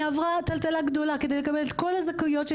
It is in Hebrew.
היא עברה טלטלה גדולה כדי לקבל את כל הזכאויות,